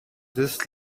this